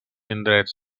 indrets